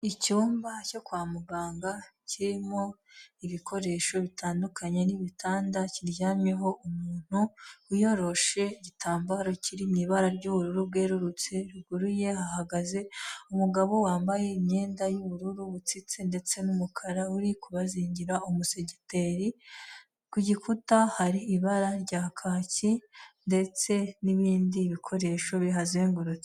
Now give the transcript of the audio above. Icyumba cyo kwa muganga kirimo ibikoresho bitandukanye n'ibitanda kiryamyeho umuntu wiyoroshe igitambaro kiri mu ibara ry'ubururu bwerurutse ruguru ye hahagaze, umugabo wambaye imyenda y'ubururu butsitse ndetse n'umukara uri kubazingira umusegiteri, ku gikuta hari ibara rya kaki ndetse n'ibindi bikoresho bihazengurutse.